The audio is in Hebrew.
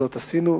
זאת עשינו,